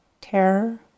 terror